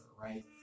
right